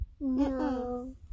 No